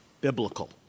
biblical